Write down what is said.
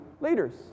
leaders